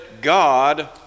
God